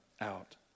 out